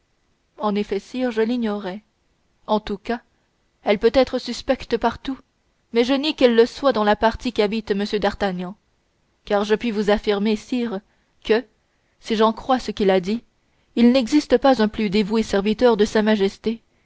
en effet sire je l'ignorais en tout cas elle peut être suspecte partout mais je nie qu'elle le soit dans la partie qu'habite m d'artagnan car je puis vous affirmer sire que si j'en crois ce qu'il a dit il n'existe pas un plus dévoué serviteur de sa majesté